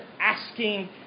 asking